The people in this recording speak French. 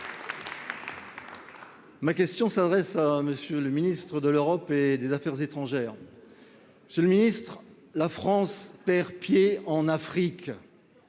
Ma question s'adresse à M. le ministre de l'Europe et des affaires étrangères.